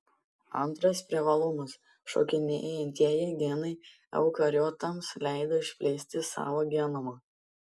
antras privalumas šokinėjantieji genai eukariotams leido išplėsti savo genomą